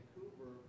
Vancouver